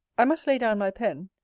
i must lay down my pen.